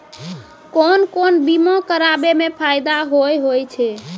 कोन कोन बीमा कराबै मे फायदा होय होय छै?